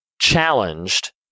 challenged